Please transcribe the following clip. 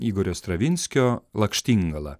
igorio stravinskio lakštingala